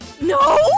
No